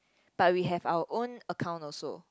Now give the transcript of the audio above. but we have our own account also